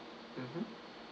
mmhmm